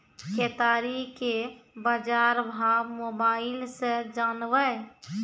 केताड़ी के बाजार भाव मोबाइल से जानवे?